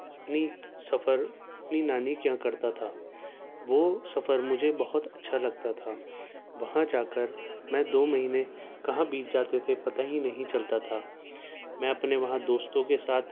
اپنی سفر اپنی نانی کے یہاں کرتا تھا وہ سفر مجھے بہت اچھا لگتا تھا وہاں جا کر میں دو مہینے کہاں بیت جاتے تھے پتہ ہی نہیں چلتا تھا میں اپنے وہاں دوستوں کے ساتھ